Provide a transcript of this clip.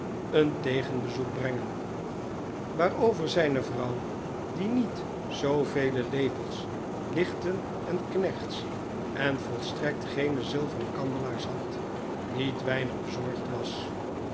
een tegenbezoek brengen waarover zijne vrouw die niet zoovele lepels lichten en knechts en volstrekt geene zilveren kandelaars had niet weinig bezorgd was